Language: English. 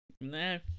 No